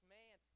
man